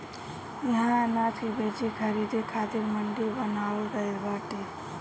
इहा अनाज के बेचे खरीदे खातिर मंडी बनावल गइल बाटे